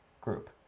group